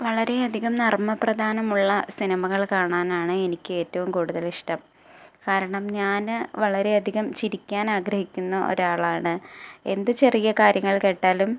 വളരെയധികം നർമ്മപ്രധാനമുള്ള സിനിമകൾ കാണാനാണ് എനിക്കേറ്റവും കൂടുതലിഷ്ടം കാരണം ഞാൻ വളരെയധികം ചിരിക്കാനാഗ്രഹിക്കുന്ന ഒരാളാണ് എന്ത് ചെറിയ കാര്യങ്ങൾ കേട്ടാലും